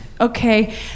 Okay